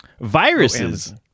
Viruses